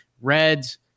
Reds